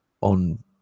on